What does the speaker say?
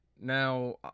Now